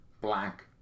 black